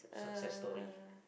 uh